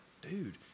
dude